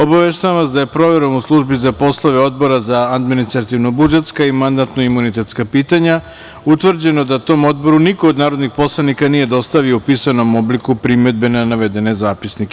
Obaveštavam vas da je proverom u Službi za poslove Odbora za administrativno-budžetska i mandatno-imunitetska pitanja utvrđeno da tom Odboru niko od narodnih poslanika nije dostavio u pisanom obliku primedbe na navedeni zapisnike.